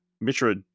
Mitra